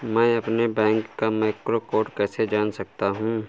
मैं अपने बैंक का मैक्रो कोड कैसे जान सकता हूँ?